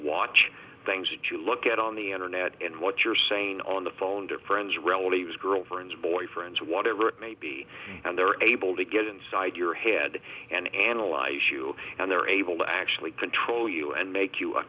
watch things that you look at on the internet and what you're saying on the phone their friends relatives girlfriends boyfriends whatever it may be and they're able to get inside your head and analyze you and they're able to actually control you and make you a